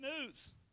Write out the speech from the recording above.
news